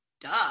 duh